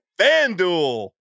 FanDuel